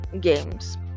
games